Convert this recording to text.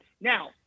Now